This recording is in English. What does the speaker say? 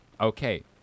okay